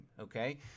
okay